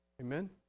Amen